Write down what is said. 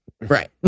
right